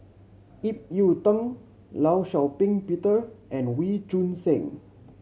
Ip Yiu Tung Law Shau Ping Peter and Wee Choon Seng